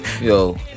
yo